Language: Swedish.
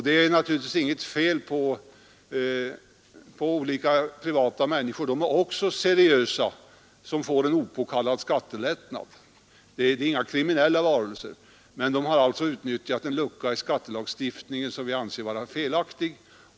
Det är naturligtvis inte något fel på olika privatpersoner som får en opåkallad skattelättnad. De är också seriösa och de är inga kriminella varelser, men de har alltså utnyttjat en lucka i skattelagstiftningen som vi anser vara felaktig.